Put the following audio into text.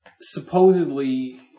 supposedly